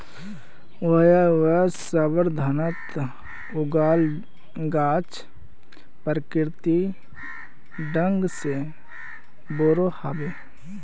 वायवसंवर्धनत उगाल गाछ प्राकृतिक ढंग से बोरो ह बे